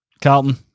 Carlton